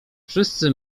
wszyscy